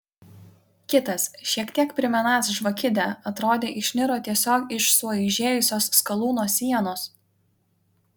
kitas šiek tiek primenąs žvakidę atrodė išniro tiesiog iš sueižėjusios skalūno sienos